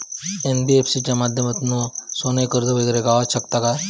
NBFC च्या माध्यमातून सोने कर्ज वगैरे गावात शकता काय?